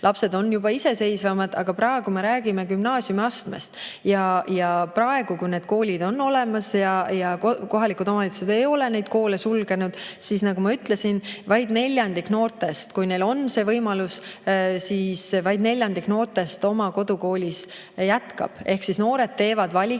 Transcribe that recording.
lapsed on juba iseseisvamad. Aga praegu me räägime gümnaasiumiastmest. Ja praegu, kui need koolid on olemas ja kohalikud omavalitsused ei ole neid koole sulgenud, nagu ma ütlesin, vaid neljandik noortest, kellel on see võimalus, oma kodukoolis jätkab. Ehk noored teevad valikuid